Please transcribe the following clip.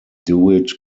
dewitt